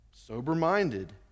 Sober-minded